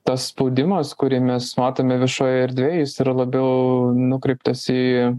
tas spaudimas kurį mes matome viešojoje erdvėj jis yra labiau nukreiptas į